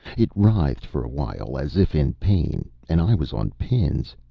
it writhed for a while, as if in pain. and i was on pins.